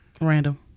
Random